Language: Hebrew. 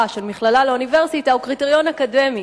של מכללה לאוניברסיטה הוא קריטריון אקדמי.